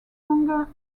longer